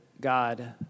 God